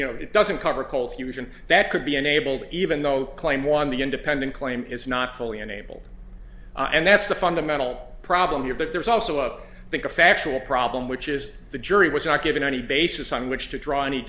you know it doesn't cover cold fusion that could be enabled even though claim on the independent claim is not fully unable and that's the fundamental problem here but there's also a think a factual problem which is the jury was not given any basis on which to draw any